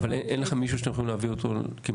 אין לכם מישהו שאתם יכולים להביא אותו כמתורגמן?